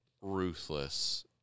ruthless